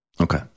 okay